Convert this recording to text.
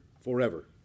forever